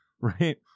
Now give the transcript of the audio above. right